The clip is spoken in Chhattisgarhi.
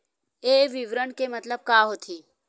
ये विवरण के मतलब का होथे?